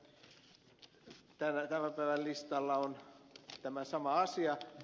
tässä tämän päivän listalla on tämä sama asia